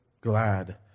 glad